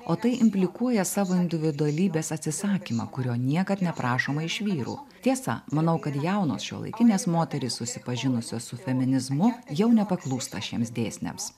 o tai implikuoja savo individualybės atsisakymą kurio niekad neprašoma iš vyrų tiesa manau kad jaunos šiuolaikinės moterys susipažinusios su feminizmu jau nepaklūsta šiems dėsniams